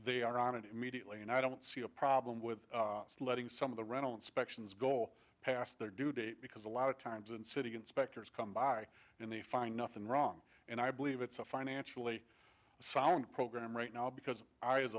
they are on it immediately and i don't see a problem with letting some of the rental inspections goal past their due date because a lot of times and city inspectors come by in they find nothing wrong and i believe it's a financially sound program right now because i as